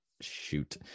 Shoot